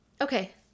Okay